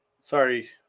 Sorry